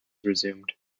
resumed